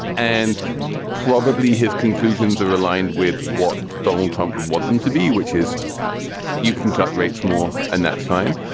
and probably his conclusions are aligned with what donald trump want them to be, which is you can cut rates more and that's fine.